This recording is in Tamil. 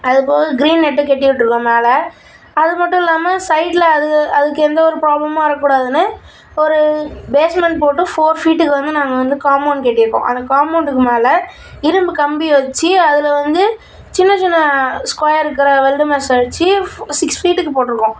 அது போக க்ரீன் நெட்டும் கட்டி விட்டிருக்கோம் மேலே அது மட்டும் இல்லாமல் சைடில் அது அதுக்கு எந்த ஒரு ப்ராப்ளமும் வரக்கூடாதுன்னு ஒரு பேஸ்மெண்ட் போட்டு ஃபோர் பீட்டுக்கு வந்து நாங்கள் வந்து காமௌண்ட் கட்டியிருக்கோம் அந்த காமௌண்ட்டுக்கு மேலே இரும்பு கம்பி வெச்சு அதில் வந்து சின்ன சின்ன ஸ்கொயர் இருக்கிற வெல்டு மெஷ்ஷை வெச்சு ஃபோ சிக்ஸ் ஃபீட்டுக்கு போட்டிருக்கோம்